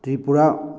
Tripura